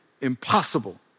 impossible